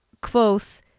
Quoth